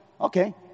okay